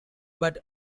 but